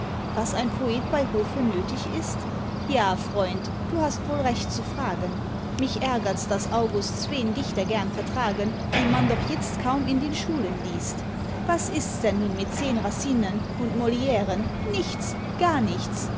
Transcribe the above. was ein poet bei hofe nötig ist ja freund du hast wohl recht zu fragen mich ärgerts daß august zween dichter gern vertragen die man doch itzt kaum in den schulen liest was ists denn nun mit zehn racinen und moliren nichts gar nichts